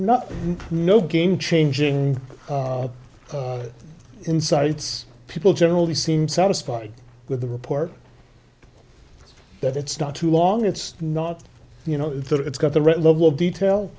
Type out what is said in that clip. nothing no game changing insights people generally seem satisfied with the report that it's not too long it's not you know that it's got the right level of detail